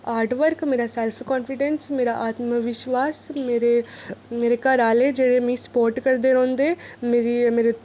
hard work मेरा self confidence मेरा आत्मविश्वास मेरे घरा आह्ले जेह्ड़े मिगी स्पोर्ट करदे रौहेंदे मेरी मेरे